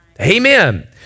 amen